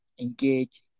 engage